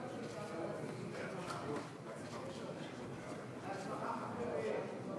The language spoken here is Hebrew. אני מאוד שמחה, אבל